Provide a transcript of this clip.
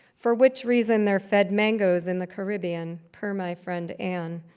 for which reason they're fed mangoes in the caribbean, per my friend ann.